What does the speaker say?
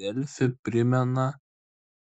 delfi primena